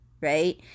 right